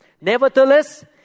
Nevertheless